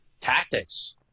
Tactics